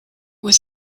was